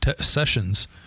sessions